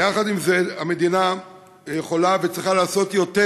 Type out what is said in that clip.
עם זאת, המדינה יכולה וצריכה לעשות יותר,